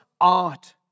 art